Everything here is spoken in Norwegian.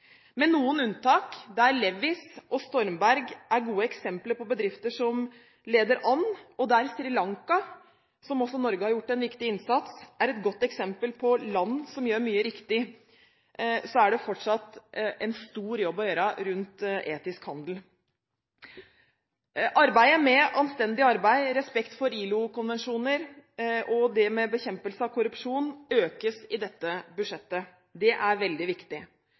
noen unntak er det. Levis og Stormberg er gode eksempler på bedrifter som leder an. Sri Lanka, der Norge også har gjort en viktig innsats, er et godt eksempel på land som gjør mye riktig, men det er fortsatt en stor jobb å gjøre rundt etisk handel. Arbeidet med anstendig arbeid, respekt for ILO-konvensjoner og bekjempelse av korrupsjon økes i dette budsjettet. Det er veldig viktig.